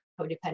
codependent